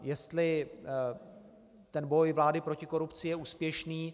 Jestli ten boj vlády proti korupci je úspěšný?